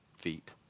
feet